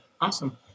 Awesome